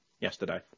yesterday